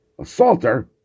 assaulter